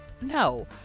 No